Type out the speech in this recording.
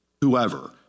whoever